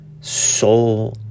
soul